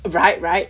right right